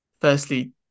Firstly